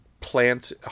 plant